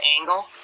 angle